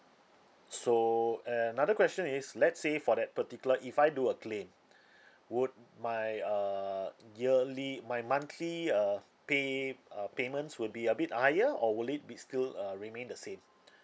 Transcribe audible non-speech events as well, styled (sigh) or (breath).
so another question is let's say for that particular if I do a claim (breath) would my err yearly my monthly uh pay uh payments would be a bit higher or will it be still uh remain the same (breath)